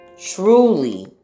truly